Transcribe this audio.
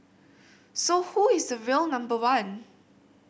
so who is the real number one